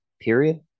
period